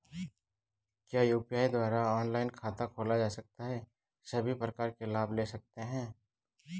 क्या यु.पी.आई द्वारा ऑनलाइन खाता खोला जा सकता है सभी प्रकार के लाभ ले सकते हैं?